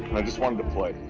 i just wanted to play.